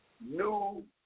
New